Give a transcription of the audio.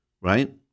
right